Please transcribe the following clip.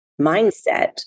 mindset